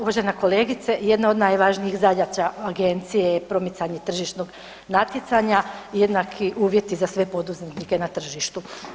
Uvažena kolegice, jedna od najvažnijih zadaća agencije je promicanje tržišnog natjecanja, jednaki uvjeti za sve poduzetnike na tržištu.